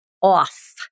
off